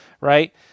right